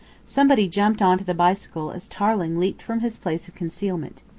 somebody jumped on to the bicycle as tarling leaped from his place of concealment.